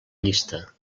llista